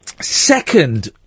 second